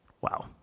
Wow